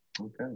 Okay